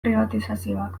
pribatizazioak